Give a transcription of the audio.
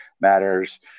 matters